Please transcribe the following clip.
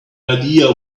idea